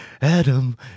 Adam